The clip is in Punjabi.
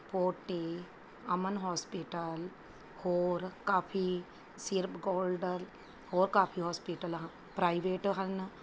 ਫੋਰਟੀਸ ਅਮਨ ਹੌਸਪੀਟਲ ਹੋਰ ਕਾਫ਼ੀ ਸਿਰਪ ਗੋਲਡਨ ਹੋਰ ਕਾਫ਼ੀ ਹੌਸਪੀਟਲ ਹਾ ਪ੍ਰਾਈਵੇਟ ਹਨ